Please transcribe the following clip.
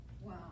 Wow